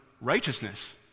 righteousness